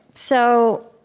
so